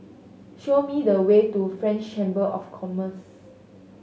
show me the way to French Chamber of Commerce